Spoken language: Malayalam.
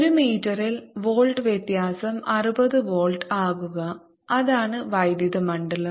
ഒരു മീറ്ററിൽ വോൾട്ട് വ്യത്യാസം 60 വോൾട്ട് ആകുക അതാണ് വൈദ്യുത മണ്ഡലം